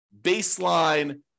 baseline